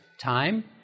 time